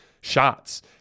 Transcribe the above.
shots